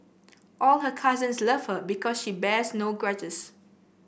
all her cousins love her because she bears no grudges